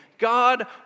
God